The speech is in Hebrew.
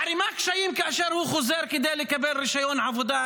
מערימה קשיים כאשר הוא חוזר כדי לקבל רישיון עבודה,